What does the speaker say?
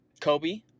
Kobe